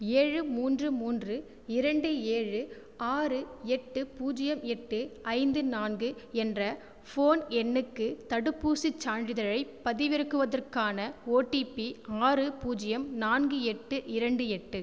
ஏழு மூன்று மூன்று இரண்டு ஏழு ஆறு எட்டு பூஜ்ஜியம் எட்டு ஐந்து நான்கு என்ற ஃபோன் எண்ணுக்கு தடுப்பூசிச் சான்றிதழைப் பதிவிறக்குவதற்கான ஓடிபி ஆறு பூஜ்ஜியம் நான்கு எட்டு இரண்டு எட்டு